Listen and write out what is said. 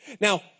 Now